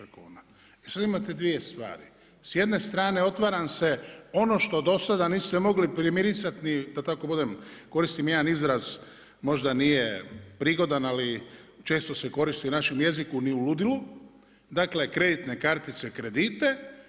I sada imate dvije stvari, s jedne strane otvara vam se ono što do sada niste mogli primirisati da tako budem, koristim jedan izraz možda nije prigodan ali često se koristi u našem jeziku ni u ludilu, dakle kreditne kartice, kredite.